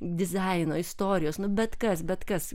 dizaino istorijos bet kas bet kas